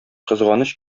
кызганыч